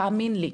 תאמין לי,